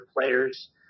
players